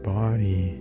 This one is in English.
body